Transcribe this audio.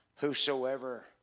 Whosoever